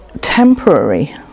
temporary